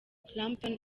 clapton